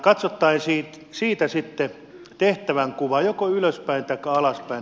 katsottaisiin siitä sitten tehtävänkuva joko ylöspäin taikka alaspäin